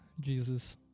Jesus